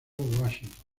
washington